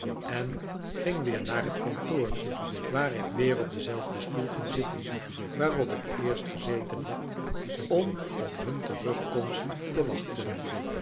en ging weer naar het kantoor waar ik weer op denzelfden stoel ging zitten waarop ik eerst gezeten had om op hun terugkomst te wachten